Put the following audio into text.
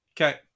Okay